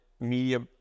media